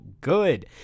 good